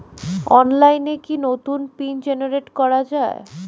অনলাইনে কি নতুন পিন জেনারেট করা যায়?